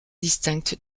distincts